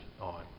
on